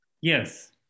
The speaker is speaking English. Yes